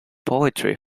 poetry